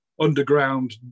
underground